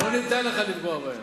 לא ניתן לך לפגוע בהן.